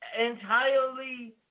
entirely